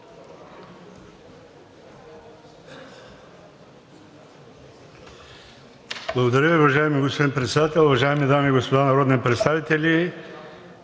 Благодаря Ви, уважаеми господин Председател. Уважаеми дами и господа народни представители!